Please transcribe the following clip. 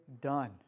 done